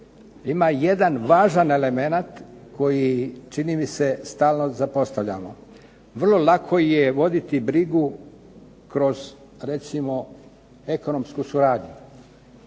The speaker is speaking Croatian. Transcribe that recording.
Ima jedan važan elemenat koji čini mi se stalno zapostavljamo. Vrlo lako je voditi brigu kroz recimo ekonomsku suradnju.